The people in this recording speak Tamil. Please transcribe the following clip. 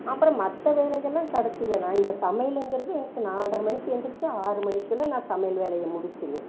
அப்புறம் மற்ற வேலைகள்லாம் கடைசியில் தான் இந்த சமையலுங்கிறது எனக்கு நால்ரை மணிக்கு எழுந்திருச்சா ஆறு மணிக்கெல்லாம் நான் சமையல் வேலையை முடிச்சிடுவேன்